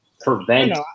prevent